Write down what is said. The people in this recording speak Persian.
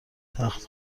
تخت